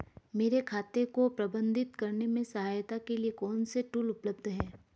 मेरे खाते को प्रबंधित करने में सहायता के लिए कौन से टूल उपलब्ध हैं?